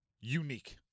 unique